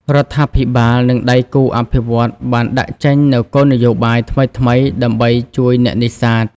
រដ្ឋាភិបាលនិងដៃគូអភិវឌ្ឍន៍បានដាក់ចេញនូវ គោលនយោបាយ ថ្មីៗដើម្បីជួយអ្នកនេសាទ។